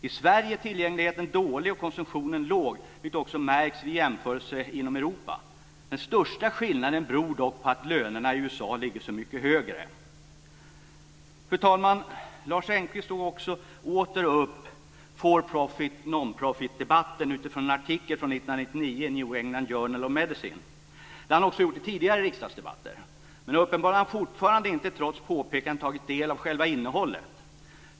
I Sverige är tillgängligheten dålig och konsumtionen låg, vilket också märks vid jämförelser inom Europa. Den största skillnaden beror dock på att lönerna i USA ligger så mycket högre. Fru talman! Lars Engqvist tog också åter upp forprofit-non-profit-debatten utifrån en artikel från 1999 i New England Journal of Medicine. Det har han också gjort i tidigare riksdagsdebatter. Men uppenbarligen har han fortfarande inte, trots påpekanden, tagit del av själva innehållet.